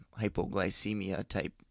hypoglycemia-type